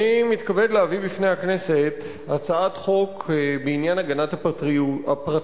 אני מתכבד להביא בפני הכנסת הצעת חוק בעניין הגנת הפרטיות,